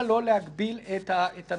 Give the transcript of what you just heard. למה --- אבל יש לה